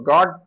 God